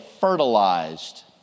fertilized